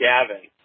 Gavin